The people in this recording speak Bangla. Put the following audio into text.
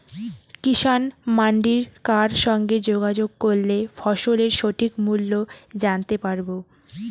কিষান মান্ডির কার সঙ্গে যোগাযোগ করলে ফসলের সঠিক মূল্য জানতে পারবো?